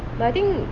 but I think